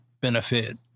benefit